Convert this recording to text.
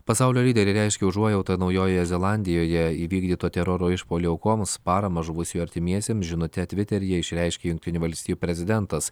pasaulio lyderiai reiškia užuojautą naujojoje zelandijoje įvykdyto teroro išpuolio aukoms paramą žuvusiųjų artimiesiems žinute tviteryje išreiškė jungtinių valstijų prezidentas